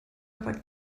aber